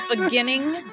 beginning